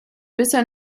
bisher